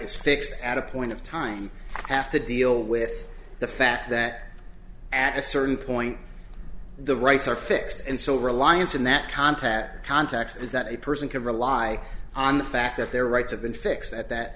is fixed at a point of time have to deal with the fact that at a certain point the rights are fixed and so reliance in that contact context is that a person can rely on the fact that their rights have been fixed at that